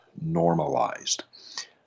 normalized